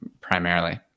primarily